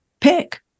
pick